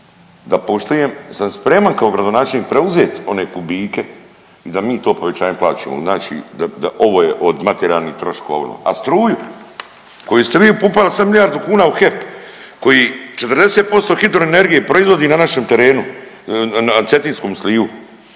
da poštujem sam spreman kao gradonačelnik preuzet one kubike da mi to povećanje plaćamo, znači ovo je od materijalnih troškova. A struju u koju ste vi upumpali sad milijardu kuna u HEP, koji 40% hidroenergije proizvodi na našem terenu na cetinskom slivu